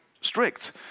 strict